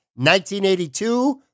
1982